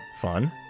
fun